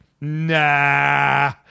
nah